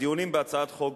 הדיונים בהצעת חוק